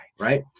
right